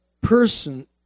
person